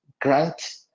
grant